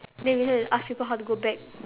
then we need to ask people how to go back